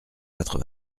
quatre